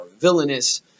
villainous